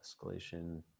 escalation